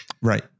Right